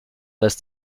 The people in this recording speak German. lässt